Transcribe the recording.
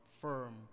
firm